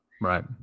Right